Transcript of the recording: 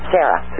Sarah